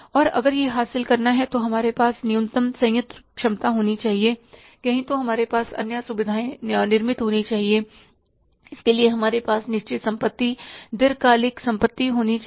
और अगर यह हासिल करना है तो हमारे पास न्यूनतम संयंत्र क्षमता होनी चाहिएकहीं तो हमारे पास अन्य सुविधाएं निर्मित होनी चाहिए और इसके लिए हमारे पास निश्चित संपत्ति दीर्घकालिक संपत्ति होनी चाहिए